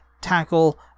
tackle